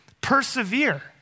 persevere